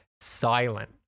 silent